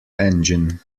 engine